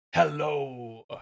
Hello